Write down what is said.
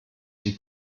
die